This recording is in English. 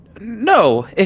No